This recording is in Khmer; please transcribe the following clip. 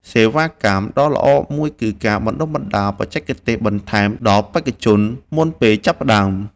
សេវាកម្មដ៏ល្អមួយគឺការបណ្ដុះបណ្ដាលបច្ចេកទេសបន្ថែមដល់បេក្ខជនមុនពេលចាប់ផ្ដើម។